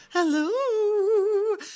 Hello